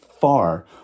far